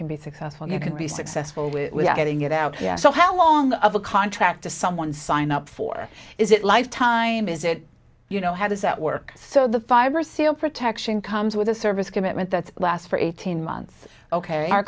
can be successful you can be successful with getting it out so how long of a contract to someone sign up for is it life time is it you know how does that work so the fiber seal protection comes with a service commitment that lasts for eighteen months ok our